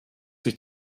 sich